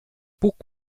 puk